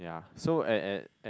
so at at at